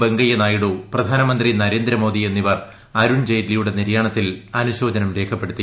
വെങ്കയ്യനായിഡു പ്രധാനമന്ത്രി നരേന്ദ്രമോദി എന്നിവർ അരുൺ ജയ്റ്റ്ലിയുടെ നിര്യാണത്തിൽ അനുശോചനം രേഖപ്പെടുത്തി